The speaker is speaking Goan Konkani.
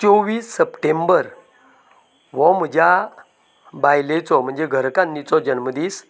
चोवीस सप्टेंबर हो म्हज्या बायलेचो म्हणजे घरकान्नीचो जल्मदीस